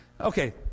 Okay